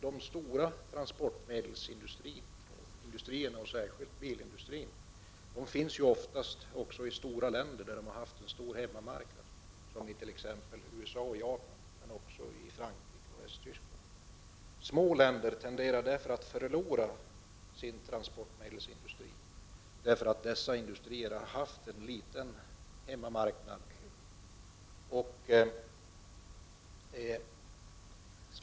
De stora transportme 14 november 1989 delsindustrierna, särskilt bilindustrin, finns oftast också i stora länder drde. NN har haft en stor hemmamarknad, som i t.ex. USA och Japan, men också i Frankrike och Västtyskland. Små länder tenderar därför att förlora sin transportmedelsindustri, därför att dessa industrier har haft en liten hemmamarknad.